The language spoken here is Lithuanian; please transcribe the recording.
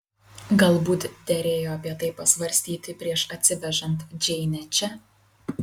galbūt derėjo apie tai pasvarstyti prieš atsivežant džeinę čia